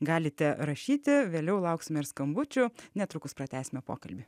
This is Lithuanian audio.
galite rašyti vėliau lauksime ir skambučių netrukus pratęsime pokalbį